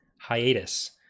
Hiatus